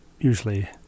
usually